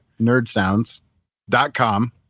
nerdsounds.com